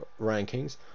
rankings